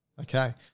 Okay